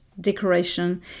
decoration